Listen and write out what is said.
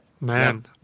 man